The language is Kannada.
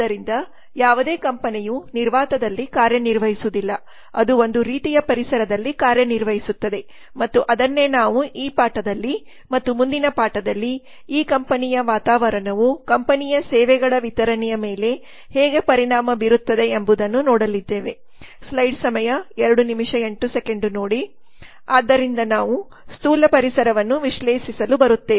ಆದ್ದರಿಂದ ಯಾವುದೇ ಕಂಪನಿಯು ನಿರ್ವಾತದಲ್ಲಿ ಕಾರ್ಯನಿರ್ವಹಿಸುವುದಿಲ್ಲ ಅದು ಒಂದು ರೀತಿಯ ಪರಿಸರದಲ್ಲಿ ಕಾರ್ಯನಿರ್ವಹಿಸುತ್ತದೆ ಮತ್ತು ಅದನ್ನೇ ನಾವು ಈ ಪಾಠದಲ್ಲಿ ಮತ್ತು ಮುಂದಿನ ಪಾಠದಲ್ಲಿ ಈ ಕಂಪನಿಯ ವಾತಾವರಣವು ಕಂಪನಿಯ ಸೇವೆಗಳ ವಿತರಣೆಯ ಮೇಲೆ ಹೇಗೆ ಪರಿಣಾಮ ಬೀರುತ್ತದೆ ಎಂಬುದನ್ನುನೋಡಲಿದ್ದೇವೆ ಆದ್ದರಿಂದ ನಾವು ಸ್ಥೂಲ ಪರಿಸರವನ್ನು ವಿಶ್ಲೇಷಿಸಲು ಬರುತ್ತೇವೆ